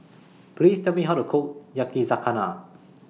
Please Tell Me How to Cook Yakizakana